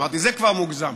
אמרתי: זה כבר מוגזם,